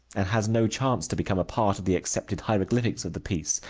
and has no chance to become a part of the accepted hieroglyphics of the piece,